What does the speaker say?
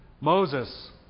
Moses